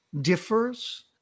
differs